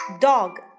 Dog